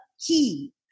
key